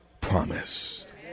promised